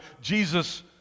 Jesus